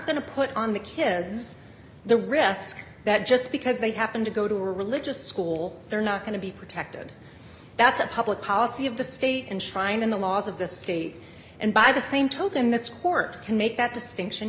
going to put on the kids the risk that just because they happen to go to a religious school they're not going to be protected that's a public policy of the state enshrined in the laws of the state and by the same token this court can make that distinction